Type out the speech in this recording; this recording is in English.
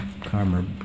karma